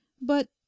But